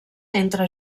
entre